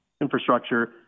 infrastructure